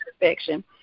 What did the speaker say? perfection